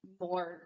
more